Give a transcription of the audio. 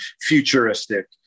futuristic